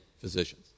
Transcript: physicians